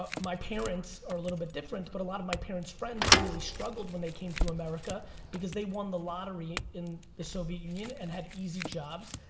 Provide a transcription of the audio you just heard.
ah my parents are a little bit different, but a lot of my parents' friends really struggled when they came to america because they won the lottery in the soviet union and had easy jobs,